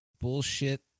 bullshit